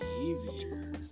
easier